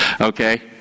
Okay